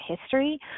history